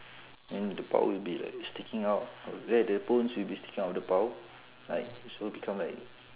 and the palm will be like sticking out where the bones will be sticking out of the palm like so become like